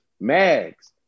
Mags